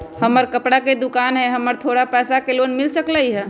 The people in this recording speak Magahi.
हमर कपड़ा के दुकान है हमरा थोड़ा पैसा के लोन मिल सकलई ह?